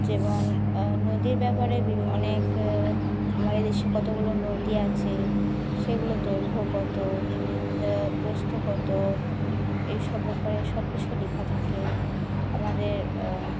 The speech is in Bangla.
যেমন নদীর ব্যাপারে অনেক আমাদের দেশে কতগুলো নদী আছে সেগুলো দৈর্ঘ্য কত প্রস্থ কত এইসব ব্যাপারে সব কিছু লেখা থাকে আমাদের